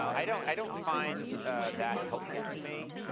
i don't i don't find that helpful to me,